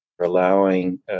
allowing